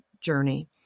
journey